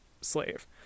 slave